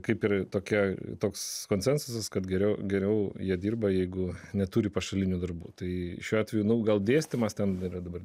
kaip ir tokia toks konsensusas kad geriau geriau jie dirba jeigu neturi pašalinių darbų tai šiuo atveju nu gal dėstymas ten yra dabar